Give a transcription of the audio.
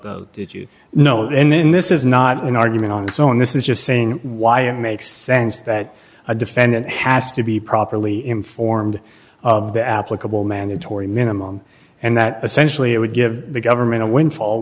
did you know and then this is not an argument on its own this is just saying why it makes sense that a defendant has to be properly informed of the applicable mandatory minimum and that essentially it would give the government a windfall